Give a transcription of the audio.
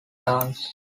dance